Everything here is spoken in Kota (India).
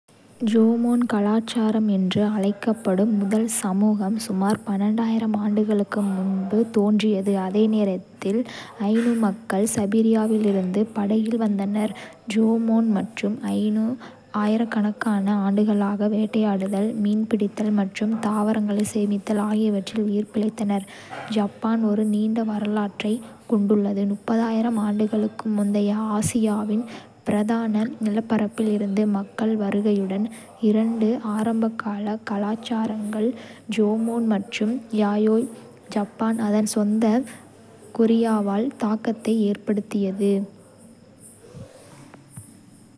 ஜோமோன் கலாச்சாரம் என்று அழைக்கப்படும் முதல் சமூகம் சுமார் ஆண்டுகளுக்கு முன்பு தோன்றியது. அதே நேரத்தில், ஐனு மக்கள் சைபீரியாவிலிருந்து படகில் வந்தனர். ஜோமோன் மற்றும் ஐனு ஆயிரக்கணக்கான ஆண்டுகளாக வேட்டையாடுதல், மீன்பிடித்தல் மற்றும் தாவரங்களை சேகரித்தல் ஆகியவற்றில் உயிர் பிழைத்தனர். ஜப்பான் ஒரு நீண்ட வரலாற்றைக் கொண்டுள்ளது, ஆண்டுகளுக்கு முந்தைய ஆசியாவின் பிரதான நிலப்பரப்பில் இருந்து மக்கள் வருகையுடன். இரண்டு ஆரம்பகால கலாச்சாரங்கள் ஜொமோன் மற்றும் யாயோய். ஜப்பான் அதன் சொந்த கொரியாவால் தாக்கத்தை ஏற்படுத்தியது,